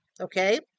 okay